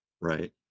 right